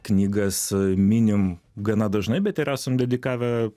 knygas minim gana dažnai bet ir esam dedikavę